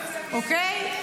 אוקיי.